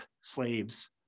slaves